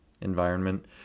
environment